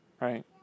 right